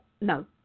no